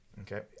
Okay